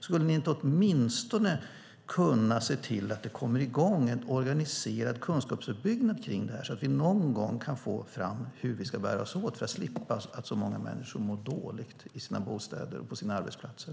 Skulle ni inte åtminstone kunna se till att det kommer i gång en organiserad kunskapsuppbyggnad på det här området, så att vi kan få fram hur vi ska bära oss åt för att slippa att så många människor mår dåligt i sina bostäder och på sina arbetsplatser?